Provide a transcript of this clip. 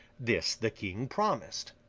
this the king promised.